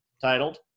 titled